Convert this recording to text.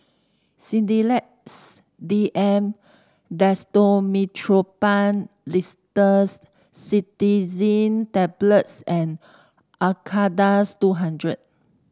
Sedilix D M Dextromethorphan Linctus Cetirizine Tablets and Acardust two hundred